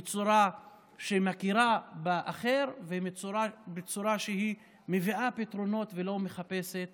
בצורה שמכירה באחר ובצורה שמביאה פתרונות ולא מחפשת